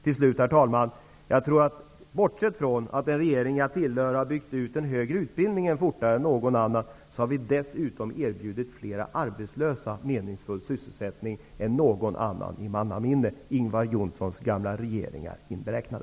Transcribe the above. Till sist, herr talman, bortsett från att den regering jag tillhör har byggt ut den högre utbildningen fortare än någon annan regering, har vi dessutom erbjudit fler arbetslösa meningsfull sysselsättning än någon annan regering i mannaminne -- Ingvar